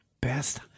Best